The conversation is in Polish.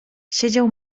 siedział